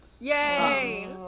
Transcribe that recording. Yay